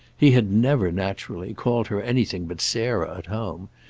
he had never, naturally, called her anything but sarah at home,